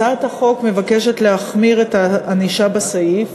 הצעת החוק מבקשת להחמיר את הענישה בסעיף,